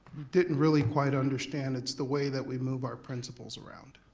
didn't really quite understand, it's the way that we move our principals around.